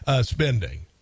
spending